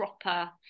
proper